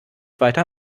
weiter